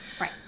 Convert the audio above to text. Right